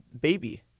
baby